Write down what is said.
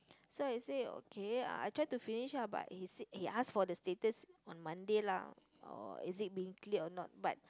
so I say okay I try to finish lah but he said he asked for the status on Monday lah oh is it being cleared or not but